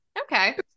Okay